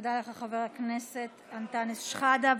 תודה לך, חבר הכנסת אנטאנס שחאדה.